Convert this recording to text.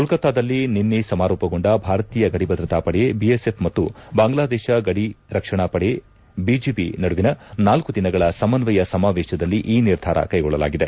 ಕೋಲ್ಲತ್ತಾದಲ್ಲಿ ನಿನ್ನೆ ಸಮಾರೋಪಗೊಂಡ ಭಾರತೀಯ ಗಡಿಭದ್ರತಾ ಪಡೆ ಬಿಎಸ್ಎಫ್ ಮತ್ತು ಬಾಂಗ್ಲಾದೇಶ ಗಡಿ ರಕ್ಷಣಾ ಪಡೆ ಬಿಜೆಬಿ ನಡುವಿನ ನಾಲ್ಲು ದಿನಗಳ ಸಮನ್ವಯ ಸಮಾವೇಶದಲ್ಲಿ ಈ ನಿರ್ಧಾರ ಕೈಗೊಳ್ಳಲಾಗಿದೆ